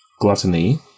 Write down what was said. gluttony